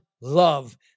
love